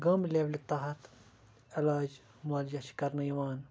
گامہٕ لٮ۪ولہِ تحت علاج مولجا چھِ کَرنہٕ یِوان